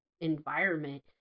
environment